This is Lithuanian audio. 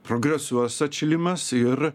progresuos atšilimas ir